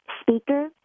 speaker